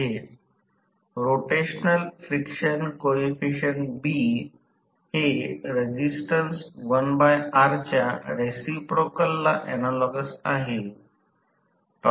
तर तिथेच हे स्पष्ट आहे की इंडक्शन मोटरची उच्च स्लिप ऑपरेशन अत्यधिक अकार्यक्षम असेल आणि जर ते बर्याच उच्च स्लिप वर कार्यरत असेल